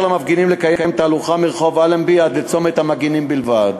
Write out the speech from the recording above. למפגינים לקיים תהלוכה מרחוב אלנבי עד לצומת-המגינים בלבד.